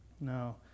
No